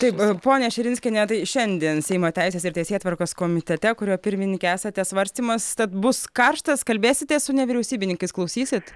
taip ponia širinskiene tai šiandien seimo teisės ir teisėtvarkos komitete kurio pirmininkė esate svarstymas tad bus karštas kalbėsitės su nevyriausybininkais klausysit